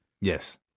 Yes